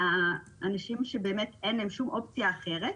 לאנשים שבאמת אין להם שום אופציה אחרת.